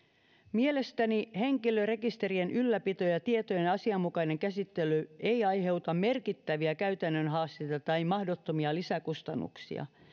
mielestäni henkilörekisterien ylläpito ja tietojen asianmukainen käsittely ei aiheuta merkittäviä käytännön haasteita tai mahdottomia lisäkustannuksia